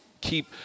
keep –